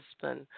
husband